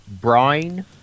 brine